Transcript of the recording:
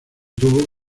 tuvo